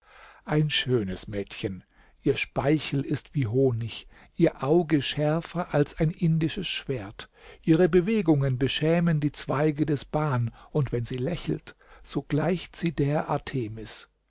ein schönes mädchen ihr speichel ist wie honig ihr auge schärfer als ein indisches schwert ihre bewegungen beschämen die zweige des ban und wenn sie lächelt so gleicht sie der arthemis